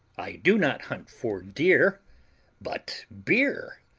i do not hunt for deer but beer.